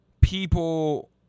people